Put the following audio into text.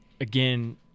again